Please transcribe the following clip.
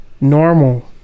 normal